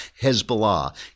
Hezbollah